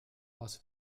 aus